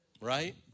Right